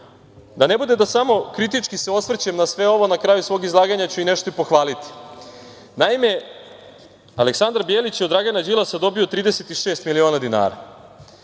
ne bude da samo kritički se osvrćem na sve ovo, na kraju svog izlaganja ću nešto i pohvaliti. Naime, Aleksandar Bjelić je od Dragana Đilasa dobio 36 miliona dinara.